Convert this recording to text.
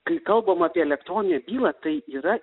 kai kalbam apie elektroninę bylą tai yra